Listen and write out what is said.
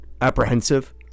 apprehensive